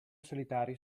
solitario